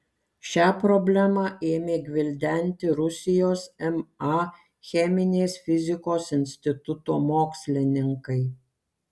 šią problemą ėmė gvildenti rusijos ma cheminės fizikos instituto mokslininkai